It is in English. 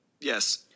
yes